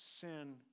sin